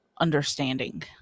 understanding